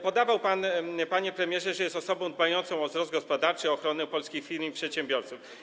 Powiedział pan, panie premierze, że jest pan osobą dbającą o wzrost gospodarczy, o ochronę polskich firm i przedsiębiorców.